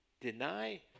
deny